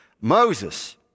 Moses